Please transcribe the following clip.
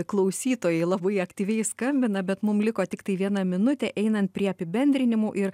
klausytojai labai aktyviai skambina bet mum liko tiktai viena minutė einant prie apibendrinimų ir